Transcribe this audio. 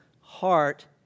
heart